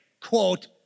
quote